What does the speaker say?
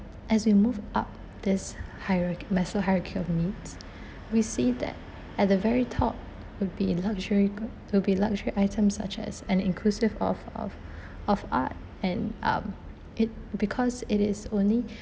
as we move up this hierarc~ maslow hierarchy of needs we see that at the very top would be luxury good will be luxury items such as an inclusive of of of art and um it because it is only